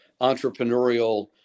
entrepreneurial